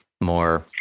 more